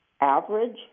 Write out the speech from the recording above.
average